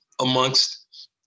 amongst